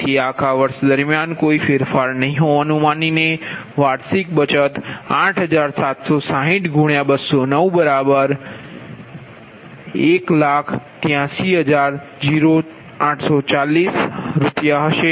તેથી આખા વર્ષ દરમિયાન કોઈ ફેરફાર નહીં હોવાનું માનીને વાર્ષિક બચત 8760 × 209 1830840 Rs હશે